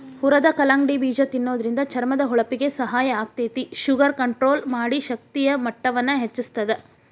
ಹುರದ ಕಲ್ಲಂಗಡಿ ಬೇಜ ತಿನ್ನೋದ್ರಿಂದ ಚರ್ಮದ ಹೊಳಪಿಗೆ ಸಹಾಯ ಆಗ್ತೇತಿ, ಶುಗರ್ ಕಂಟ್ರೋಲ್ ಮಾಡಿ, ಶಕ್ತಿಯ ಮಟ್ಟವನ್ನ ಹೆಚ್ಚಸ್ತದ